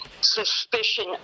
suspicion